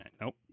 nope